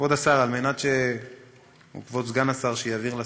כבוד השר, כבוד סגן השר, שיבהיר לשר: